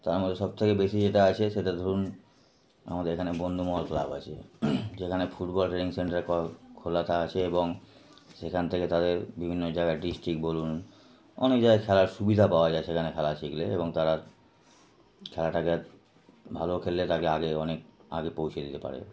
তার মধ্যে সবথেকে বেশি যেটা আছে সেটা ধরুন আমাদের এখানে বন্ধুমহল ক্লাব আছে যেখানে ফুটবল ট্রেনিং সেন্টার খোলা খোলা থা আছে এবং সেইখান থেকে তাদের বিভিন্ন জায়গায় ডিস্ট্রিক্ট বলুন অনেক জায়গায় খেলার সুবিধা পাওয়া যায় সেখানে খেলা শিখলে এবং তারা খেলাটাকে ভালো খেললে তাকে আগে অনেক আগে পৌঁছে দিতে পারে